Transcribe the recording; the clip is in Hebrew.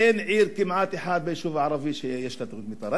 ואין כמעט עיר אחת ביישוב הערבי שיש לה תוכנית מיתאר,